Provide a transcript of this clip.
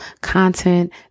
content